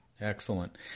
excellent